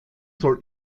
soll